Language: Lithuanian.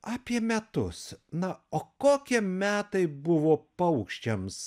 apie metus na o kokie metai buvo paukščiams